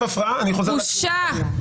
בושה.